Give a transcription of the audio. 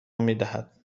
میدهد